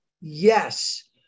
Yes